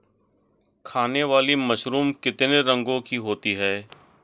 खाने वाली मशरूम कितने रंगों की होती है?